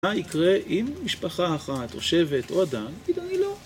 מה יקרה אם משפחה אחת, או שבט, או אדם, יגידו אני לא